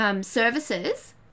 services